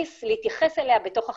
להתייחס אליה בתוך החקיקה.